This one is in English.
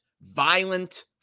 violent